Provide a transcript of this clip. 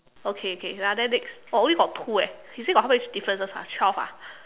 okay okay ya then next oh only got two eh he say got how many differences ah twelve ah